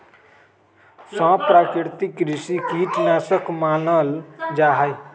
सांप प्राकृतिक कृषि कीट नाशक मानल जा हई